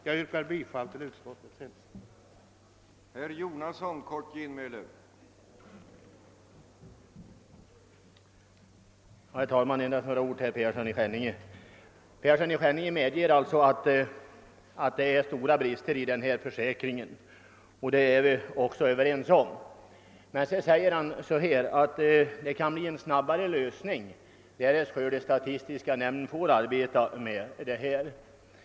Jag yrkar bifall till utskottets hemställan.